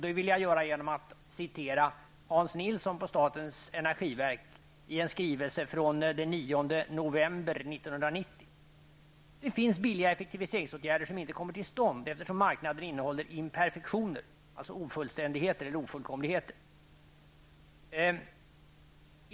Det vill jag göra genom att citera Hans Nilsson på statens energiverk i en skrivelse från den 9 november 1990: Det finns billiga effektiviseringsåtgärder som inte kommer till stånd eftersom marknaden innehåller inperfektioner, dvs. ofullständigheter eller ofullkomligheter.